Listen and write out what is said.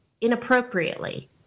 inappropriately